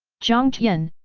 jiang tian,